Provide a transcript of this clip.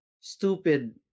stupid